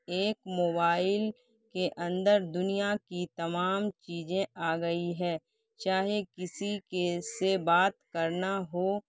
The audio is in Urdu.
ایک موبائل کے اندر دنیا کی تمام چیزیں آ گئی ہے چاہے کسی کے سے بات کرنا ہو